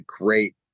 great